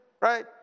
right